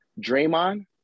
Draymond